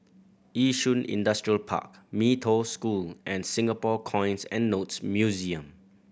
Yishun Industrial Park Mee Toh School and Singapore Coins and Notes Museum